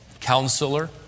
counselor